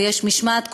ויש משמעת קואליציונית,